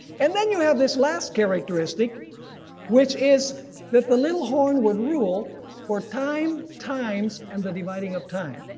and then you have this last characteristic which is that the little horn would rule for time times and the dividing of time.